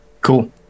cool